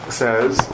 says